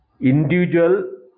individual